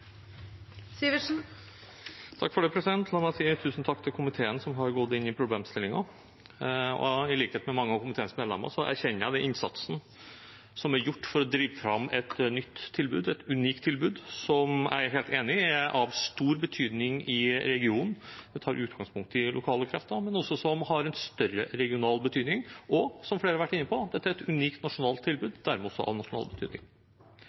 La meg si tusen takk til komiteen, som har gått inn i problemstillingen. Jeg, i likhet med mange av komiteens medlemmer, anerkjenner den innsatsen som er gjort for å drive fram et nytt, unikt tilbud, som jeg er helt enig i er av stor betydning i regionen. Det tar utgangspunkt i lokale krefter, men har også større regional betydning, og, som flere har vært inne på, er dette et unikt nasjonalt tilbud og dermed også av nasjonal betydning.